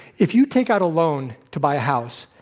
if you take out a loan to buy a house,